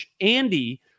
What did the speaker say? Andy